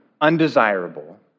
undesirable